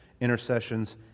intercessions